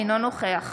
אינו נוכח